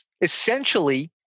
Essentially